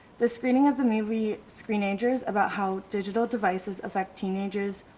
the screening of the movie screenagers about how digital devices affect teenager's,